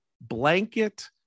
blanket